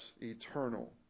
eternal